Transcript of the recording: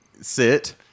sit